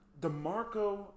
DeMarco